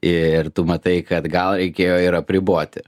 ir tu matai kad gal reikėjo ir apriboti